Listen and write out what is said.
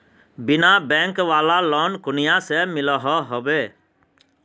बिना बैंक वाला लोन कुनियाँ से मिलोहो होबे?